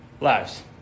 lives